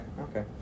okay